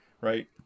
right